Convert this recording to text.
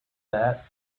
that